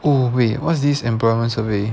oh wait what's this employment survey